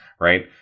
Right